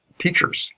teachers